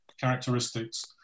characteristics